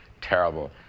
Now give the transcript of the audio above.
terrible